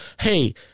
Hey